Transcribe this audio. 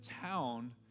town